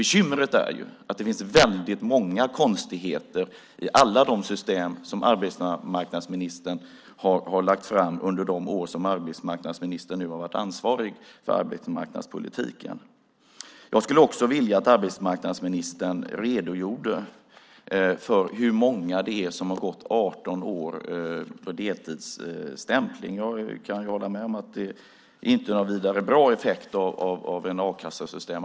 Bekymret är att det finns väldigt många konstigheter i alla de system som arbetsmarknadsministern har lagt fram under de år som han har varit ansvarig för arbetsmarknadspolitiken. Jag skulle också vilja att arbetsmarknadsministern redogör för hur många det är som har deltidsstämplat i 18 år. Jag kan hålla med om att det inte är någon vidare bra effekt av ett a-kassesystem.